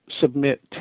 submit